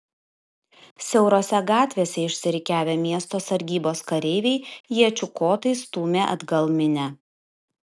siaurose gatvėse išsirikiavę miesto sargybos kareiviai iečių kotais stūmė atgal minią